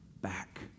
back